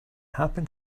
happen